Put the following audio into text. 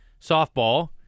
softball